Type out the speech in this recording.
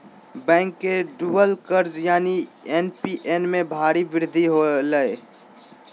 bank के डूबल कर्ज यानि एन.पी.ए में भारी वृद्धि होलय